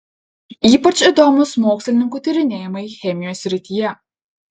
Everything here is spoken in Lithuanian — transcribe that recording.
ypač įdomūs mokslininkų tyrinėjimai chemijos srityje